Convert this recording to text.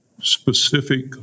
specific